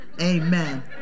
Amen